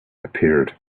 appeared